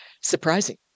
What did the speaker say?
surprising